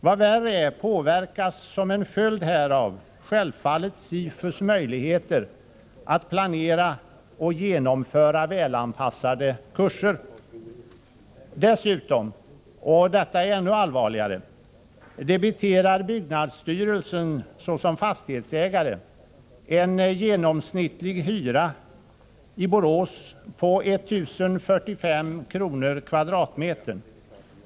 Vad värre 89 är: Som en följd härav påverkas självfallet SIFU:s möjligheter att planera och genomföra välanpassade kurser. Dessutom — och detta är ännu allvarligare — debiterar byggnadsstyrelsen såsom fastighetsägare en genomsnittlig hyra i Borås på 1 045 kr. per kvadratmeter.